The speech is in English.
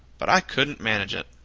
but i couldn't manage it.